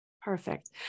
Perfect